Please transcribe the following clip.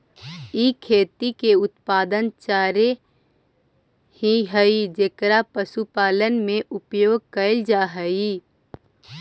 ई खेती से उत्पन्न चारे ही हई जेकर पशुपालन में उपयोग कैल जा हई